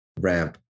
Ramp